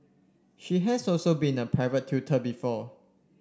she has also been a private tutor before